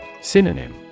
Synonym